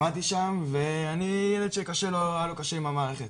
למדתי שם ואני ילד שקשה לו, היה לו קשה עם המערכת.